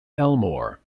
elmore